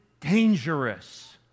dangerous